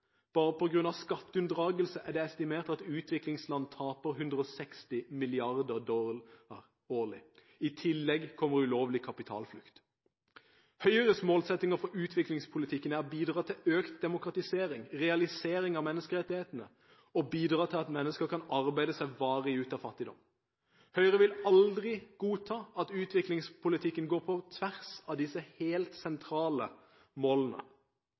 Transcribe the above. Bare på grunn av skatteunndragelse er det estimert at utviklingsland taper 160 mrd. dollar årlig. I tillegg kommer ulovlig kapitalflukt. Høyres målsettinger for utviklingspolitikken er å bidra til økt demokratisering, til realisering av menneskerettighetene og til at mennesker kan arbeide seg varig ut av fattigdom. Høyre vil aldri godta at utviklingspolitikken går på tvers av disse helt sentrale målene.